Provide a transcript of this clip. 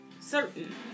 certain